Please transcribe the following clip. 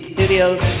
Studios